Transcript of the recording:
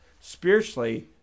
spiritually